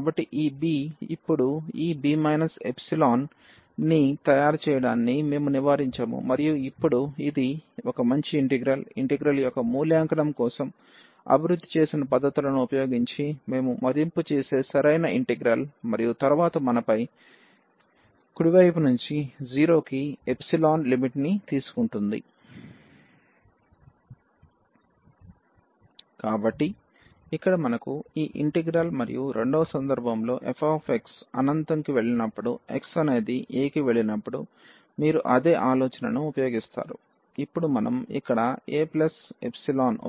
కాబట్టి ఈ b ఇప్పుడు ఈ b ε ని తయారు చేయడాన్ని మేము నివారించాము మరియు ఇప్పుడు ఇది మంచి ఇంటిగ్రల్ ఇంటిగ్రల్ యొక్క మూల్యాంకనం కోసం అభివృద్ధి చేసిన పద్ధతులను ఉపయోగించి మేము మదింపు చేసే సరైన ఇంటిగ్రల్ మరియు తరువాత మనపై కుడి వైపు నుంచి 0 కి ఎప్సిలాన్ ε లిమిట్ ని తీసుకుంటుంది కాబట్టి ఇక్కడ మనకు ఈ ఇంటిగ్రల్ మరియు రెండవ సందర్భంలో f అనంతం కి వెళ్ళినప్పుడు x అనేది a కి వెళ్ళినప్పుడు మీరు అదే ఆలోచనను ఉపయోగిస్తారు ఇప్పుడు మనం ఇక్కడ a